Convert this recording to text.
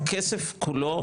הכסף כולו,